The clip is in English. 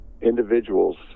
individuals